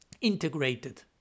integrated